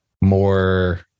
more